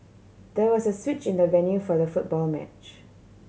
there was a switch in the venue for the football match